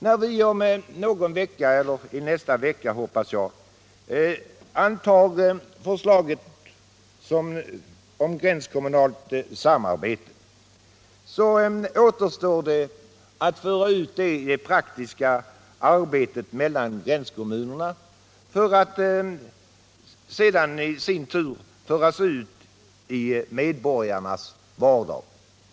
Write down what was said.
När vi — i nästa vecka, hoppas jag — antar förslaget om gränskommunalt samarbete, återstår det att föra ut detta i det praktiska arbetet mellan gränskommunerna som i sin tur har att föra ut det i medborgarnas vardag.